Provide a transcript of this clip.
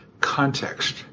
context